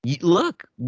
Look